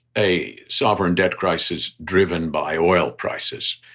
a sovereign debt crisis driven by oil prices.